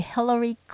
Hillary